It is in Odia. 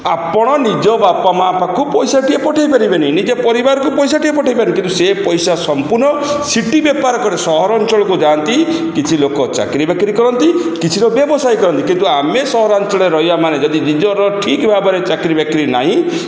ଆପଣ ନିଜ ବାପା ମାଆ ପାଖକୁ ପଇସାଟିଏ ପଠେଇ ପାରିବେନି ନିଜ ପରିବାରକୁ ପଇସା ଟିଏ ପଠାଇ ପାରିବେନି କିନ୍ତୁ ସେ ପଇସା ସମ୍ପୂର୍ଣ୍ଣ ସିଟି ବେପାର କରି ସହରାଞ୍ଚଳକୁ ଯାଆନ୍ତି କିଛି ଲୋକ ଚାକିରି ବାକିରି କରନ୍ତି କିଛିର ବ୍ୟବସାୟ କରନ୍ତି କିନ୍ତୁ ଆମେ ସହରାଞ୍ଚଳରେ ରହିବାମାନେ ଯଦି ନିଜର ଠିକ୍ ଭାବରେ ଚାକିରୀ ବାକିରି ନାହିଁ